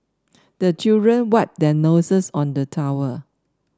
the children wipe their noses on the towel